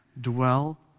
dwell